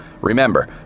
remember